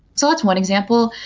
so that's one example.